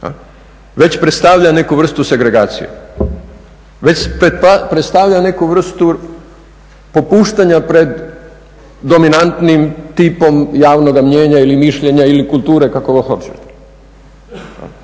već predstavlja neku vrstu segregacije, već predstavlja neku vrstu popuštanja pred dominantnim tipom javnoga mnijenja ili mišljenja ili kulture, kako god hoćete.